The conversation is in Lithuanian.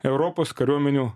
europos kariuomenių